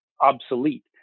obsolete